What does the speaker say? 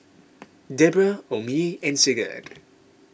Debra Omie and Sigurd